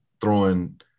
throwing